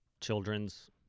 children's